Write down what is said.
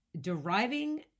deriving